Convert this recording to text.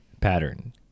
Pattern